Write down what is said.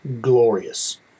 glorious